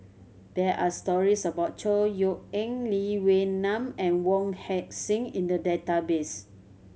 there are stories about Chor Yeok Eng Lee Wee Nam and Wong Heck Sing in the database